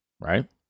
right